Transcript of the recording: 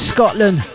Scotland